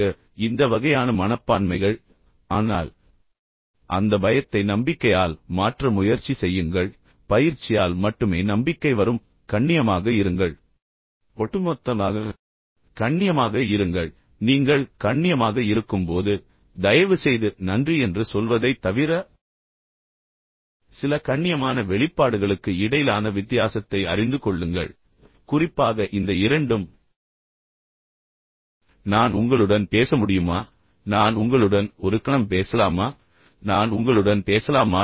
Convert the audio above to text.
எனவே இந்த வகையான மனப்பான்மைகள் ஆனால் அந்த பயத்தை நம்பிக்கையால் மாற்ற முயற்சி செய்யுங்கள் பயிற்சியால் மட்டுமே நம்பிக்கை வரும் கண்ணியமாக இருங்கள் ஒட்டுமொத்தமாக கண்ணியமாக இருங்கள் பின்னர் நீங்கள் கண்ணியமாக இருக்கும்போது தயவுசெய்து நன்றி என்று சொல்வதைத் தவிர சில கண்ணியமான வெளிப்பாடுகளுக்கு இடையிலான வித்தியாசத்தை அறிந்துகொள்ளுங்கள் குறிப்பாக இந்த இரண்டும் நான் உங்களுடன் பேச முடியுமா நான் உங்களுடன் ஒரு கணம் பேசலாமா நான் உங்களுடன் பேசலாமா